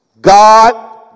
God